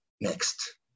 Next